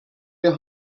wir